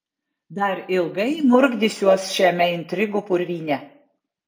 dar ilgai murkdysiuos šiame intrigų purvyne